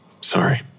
Sorry